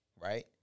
right